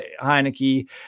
Heineke